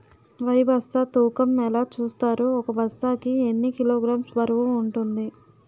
వరి బస్తా తూకం ఎలా చూస్తారు? ఒక బస్తా కి ఎన్ని కిలోగ్రామ్స్ బరువు వుంటుంది?